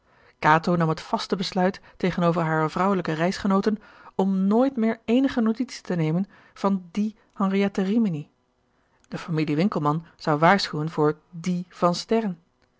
kato nam het vaste besluit tegenover hare vrouwelijke reisgenooten om nooit meer eenige notitie te nemen van die henriette rimini de familie winkelman zou waarschuwen voor dien van sterren